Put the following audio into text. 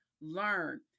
learn